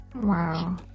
wow